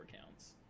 accounts